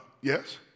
yes